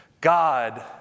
God